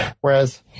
whereas